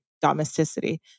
domesticity